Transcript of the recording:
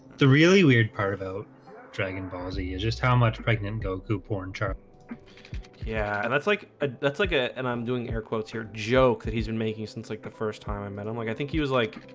the really weird part about dragon ball z is just how much pregnant goku porn chart yeah, and that's like ah that's like it and i'm doing air quotes here joke that he's been making since like the first time i met i'm like i think he was like